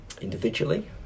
individually